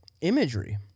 imagery